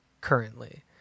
currently